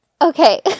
Okay